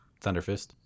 Thunderfist